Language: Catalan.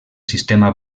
sistema